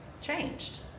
changed